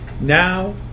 now